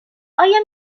آیا